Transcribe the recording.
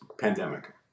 pandemic